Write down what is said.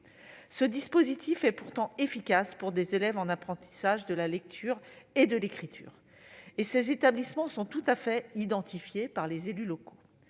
Ce dispositif est pourtant efficace pour des élèves en apprentissage de la lecture et de l'écriture. Et ces établissements sont tout à fait identifiés par les élus locaux.